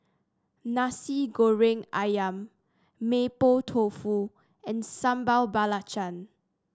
Nasi Goreng ayam Mapo Tofu and Sambal Belacan